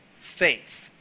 faith